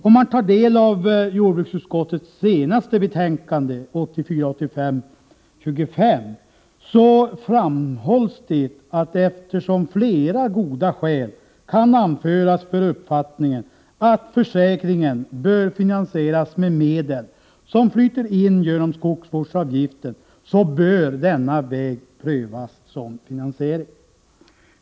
Om man tar del av jordbruksutskottets senaste betänkande, 1984/85:25, finner man att det där framhålls att eftersom flera goda skäl kan anföras för uppfattningen att försäkringen bör finansieras med medel som flyter in genom skogsvårdsavgiften bör denna väg prövas som finansiering.